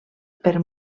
per